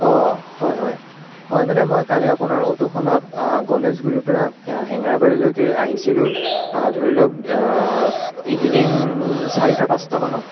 অঁ হয় হয় হয় মানে মই কালি আপোনাৰ অ'টোখনত গনেশগুৰিৰ পৰা হেঙেৰাবাৰীলৈকে আহিছিলোঁ ধৰি লওক ইভিনিং চাৰিটা পাঁচটামানত